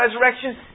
resurrection